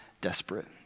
desperate